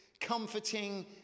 comforting